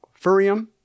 Furium